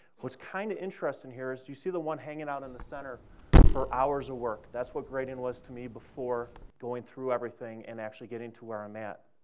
what's kind of interesting here is, you see the one hanging out in the center for hours of work. that's what grading was to me before going through everything and actually getting to where i'm at.